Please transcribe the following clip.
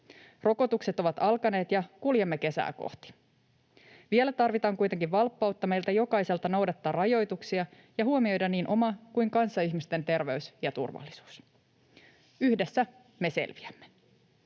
Rokotukset ovat alkaneet, ja kuljemme kesää kohti. Vielä tarvitaan kuitenkin meiltä jokaiselta valppautta noudattaa rajoituksia ja huomioida niin oma kuin kanssaihmisten terveys ja turvallisuus. Yhdessä me selviämme.